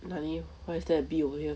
nani why is there a bee over here